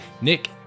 Nick